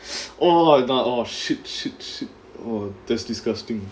oh அது தான்:athu thaan ah shit shit shit oh that's disgusting